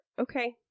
Okay